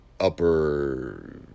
upper